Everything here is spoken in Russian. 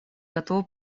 готова